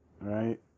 Right